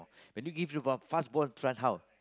when you give dribble fast ball run how